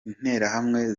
interahamwe